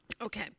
Okay